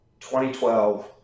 2012